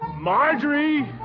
Marjorie